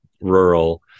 rural